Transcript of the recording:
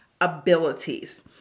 abilities